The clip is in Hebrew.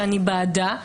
שאני בעדה,